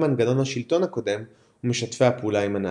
מנגנון השלטון הקודם ומשתפי הפעולה עם הנאצים.